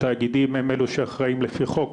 התאגידים הם אלו שאחראים לפי חוק,